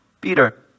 Peter